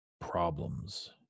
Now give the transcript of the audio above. problems